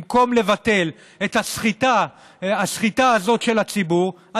במקום לבטל את הסחיטה הזאת של הציבור,